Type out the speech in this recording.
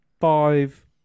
five